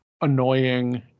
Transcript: annoying